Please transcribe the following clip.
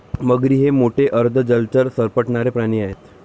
मगरी हे मोठे अर्ध जलचर सरपटणारे प्राणी आहेत